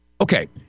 okay